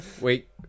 Wait